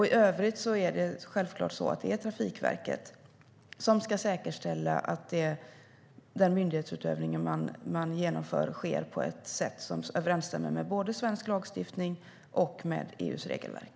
I övrigt är det självklart så att det är Trafikverket som ska säkerställa att den myndighetsutövning man genomför sker på ett sätt som överensstämmer både med svensk lagstiftning och med EU:s regelverk.